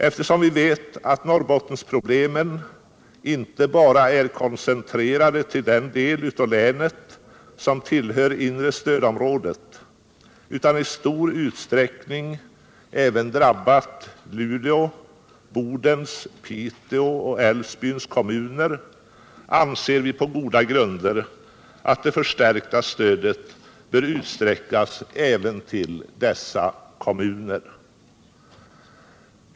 Eftersom vi vet att Norrbottensproblemen inte bara är koncentrerade till den del av länet som tillhör inre stödområdet, utan i stor utsträckning även drabbat Luleå, Bodens, Piteå och Älvsbyns kommuner, anser vi på goda grunder att det förstärkta stödet bör utsträckas även till dessa kommuner.